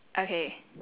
okay